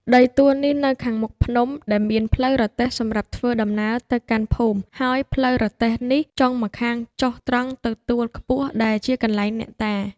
ដីទួលនេះនៅខាងមុខភ្នំ ដែលមានផ្លូវរទេះសម្រាប់ធ្វើដំណើរទៅកាន់ភូមិហើយផ្លូវរទេះនេះចុងម្ខាងចុះត្រង់ទៅទួលខ្ពស់ដែលជាកន្លែងអ្នកតា ។